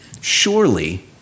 Surely